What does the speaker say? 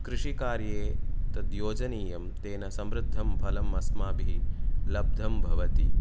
कृषिकार्ये तद्योजनीयं तेन संवृद्धं फलम् अस्माभिः लब्धं भवति